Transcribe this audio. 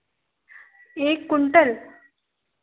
एक कुंटल